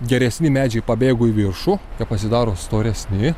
geresni medžiai pabėgo į viršų jie pasidaro storesni